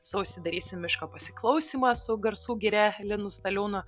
sausį darysim miško pasiklausymą su garsų giria linu staliūnu